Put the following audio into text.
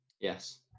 Yes